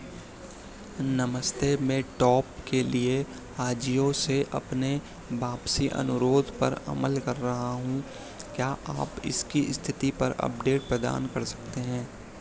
नमस्ते मैं टॉप के लिए अजियो से अपने वापसी अनुरोध पर अमल कर रहा हूँ क्या आप इसकी स्थिति पर अपडेट प्रदान कर सकते हैं